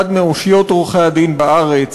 אחד מאושיות עורכי-הדין בארץ,